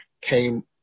came